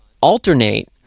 alternate